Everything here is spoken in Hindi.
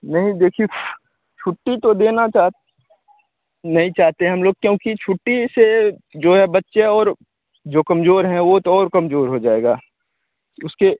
नहीं देखिए छुट्टी तो देना चाहत नहीं चाहते हम लोग क्योंकि छुट्टी से जो है बच्चे और जो कमज़ोर हैं वह तो और कमज़ोर हो जाएगा उसके